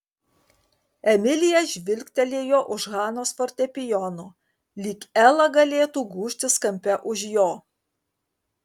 emilija žvilgtelėjo už hanos fortepijono lyg ela galėtų gūžtis kampe už jo